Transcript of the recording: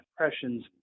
impressions